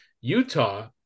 utah